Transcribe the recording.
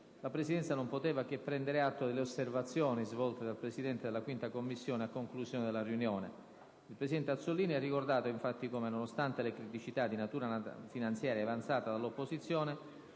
la Presidenza non poteva che prendere atto delle osservazioni svolte dal Presidente della 5a Commissione a conclusione della riunione. Il presidente Azzollini ha ricordato infatti come, nonostante le criticità di natura finanziaria indicate dall'opposizione,